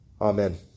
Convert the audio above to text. Amen